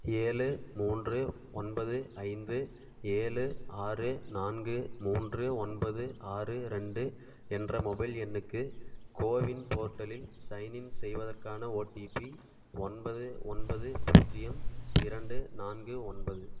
ஏழு மூன்று ஒன்பது ஐந்து ஏழு ஆறு நான்கு மூன்று ஒன்பது ஆறு ரெண்டு என்ற மொபைல் எண்ணுக்கு கோவின் போர்ட்டலில் சைன் இன் செய்வதற்கான ஓடிபி ஒன்பது ஒன்பது பூஜ்ஜியம் இரண்டு நான்கு ஒன்பது